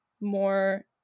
more